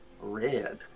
red